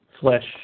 flesh